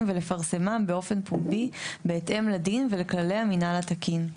ולפרסמן באופן פומבי בהתאם לדין ולכללי המינהל התקין.